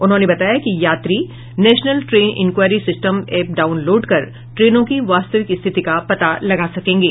उन्होंने बताया कि यात्री national train enquiry system app download कर ट्रेनों की वास्तविक स्थिति का पता लगा सकेंगे